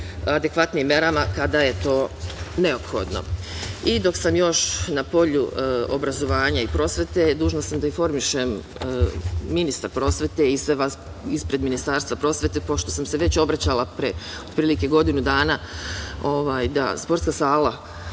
adekvatnijim merama kada je to neophodno.I, dok sam još na polju obrazovanja i prosvete, dužna sam da informišem ministra prosvete i sve vas ispred Ministarstva prosvete, pošto sam se već obraćala pre otprilike godinu dana, da objekat